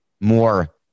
more